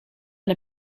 and